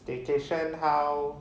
staycation how